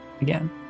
again